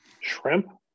Shrimp